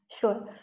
Sure